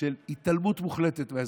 של התעלמות מוחלטת מהאזרחים.